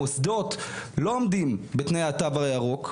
המוסדות לא עומדים בתנאי התו הירוק,